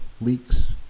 leaks